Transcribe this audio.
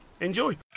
Enjoy